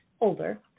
older